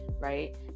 right